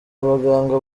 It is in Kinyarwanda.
abaganga